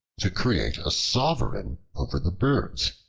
to create a sovereign over the birds,